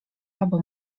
albo